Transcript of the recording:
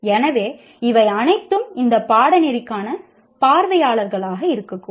எனவே இவை அனைத்தும் இந்த பாடநெறிக்கான பார்வையாளர்களாக இருக்கக்கூடும்